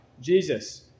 Jesus